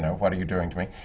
what are you doing to me?